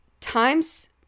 times